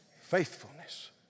Faithfulness